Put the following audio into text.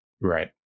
Right